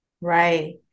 Right